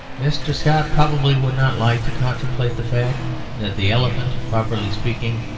mr. scott probably would not like to contemplate the fact that the elephant, properly speaking,